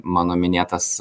mano minėtas